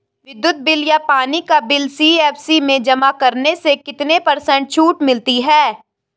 विद्युत बिल या पानी का बिल सी.एस.सी में जमा करने से कितने पर्सेंट छूट मिलती है?